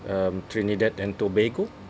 um Trinidad and Tobago